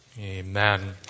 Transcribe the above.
amen